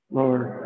Lord